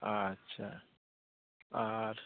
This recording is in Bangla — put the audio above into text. আচ্ছা আর